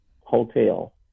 hotel